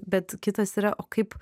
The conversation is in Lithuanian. bet kitas yra o kaip